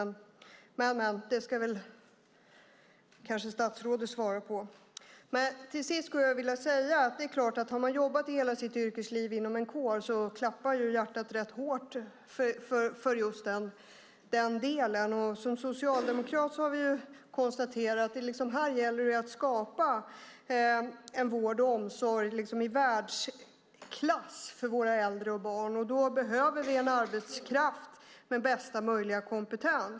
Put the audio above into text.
Om man har jobbat hela sitt yrkesliv inom en kår klappar naturligtvis hjärtat hårt för den. Vi socialdemokrater konstaterar att det gäller att skapa en vård och omsorg i världsklass för våra äldre och våra barn. Då behöver vi arbetskraft med bästa möjliga kompetens.